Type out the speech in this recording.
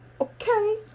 Okay